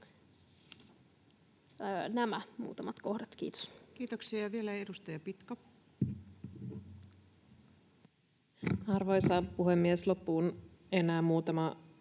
Nämä muutamat kohdat. — Kiitos. Kiitoksia. — Ja vielä edustaja Pitko. Arvoisa puhemies! Loppuun enää muutama